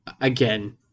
Again